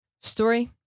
Story